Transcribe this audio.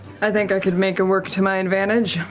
i think i could make it work to my advantage,